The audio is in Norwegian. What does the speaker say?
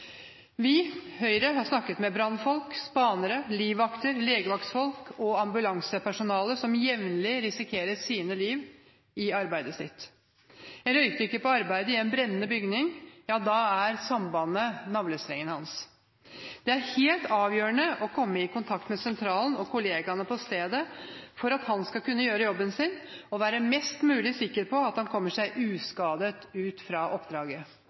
Vi, Høyre, har snakket med brannfolk, spanere, livvakter, legevaktsfolk og ambulansepersonale som jevnlig risikerer sine liv i arbeidet sitt. En røykdykker på arbeid i en brennende bygning – ja, da er sambandet navlestrengen hans. Det er helt avgjørende å komme i kontakt med sentralen og kollegene på stedet for at han skal kunne gjøre jobben sin og være mest mulig sikker på at han kommer seg uskadet ut fra oppdraget.